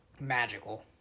Magical